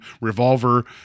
revolver